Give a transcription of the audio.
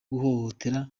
guhohotera